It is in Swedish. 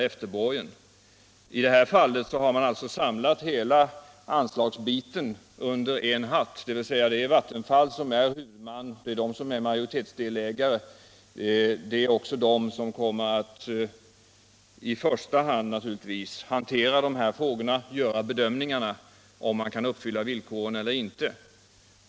I det här fallet har man alltså samlat hela anslagsbiten under en hatt. Det är Vattenfall som är huvudman, som är majoritetsdelägare och som naturligtvis också kommer att i första hand hantera dessa frågor och göra bedömningarna om ; man kan uppfylla villkoren eller inte.